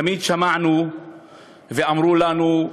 תמיד שמענו ואמרו לנו,